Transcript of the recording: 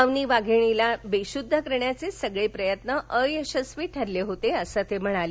अवनी वाधिणीला बेशुद्ध करण्याचे सगळे प्रयत्न अयशस्वी ठरले होते असं ते म्हणाले